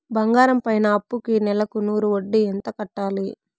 బంగారం పైన అప్పుకి నెలకు నూరు వడ్డీ ఎంత కట్టాలి?